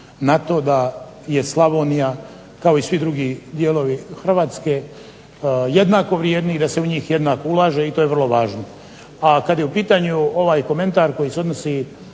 na to da je Slavonija kao i svi drugi dijelovi Hrvatske jednako vrijedni i da se u njih jednako ulaže i to je vrlo važno. A kad je u pitanju ovaj komentar koji se odnosi